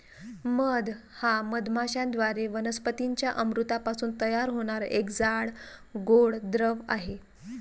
मध हा मधमाश्यांद्वारे वनस्पतीं च्या अमृतापासून तयार होणारा एक जाड, गोड द्रव आहे